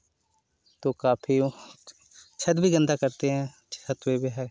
तो काफ़ी छत भी गँदा करती हैं छत पर भी है